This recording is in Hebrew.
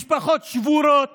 משפחות שבורות